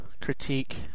critique